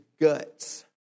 guts